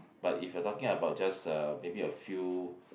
but if you're talking about just a maybe a few